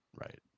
Right